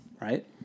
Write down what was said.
Right